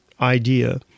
idea